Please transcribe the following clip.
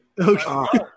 Okay